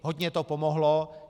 Hodně to pomohlo.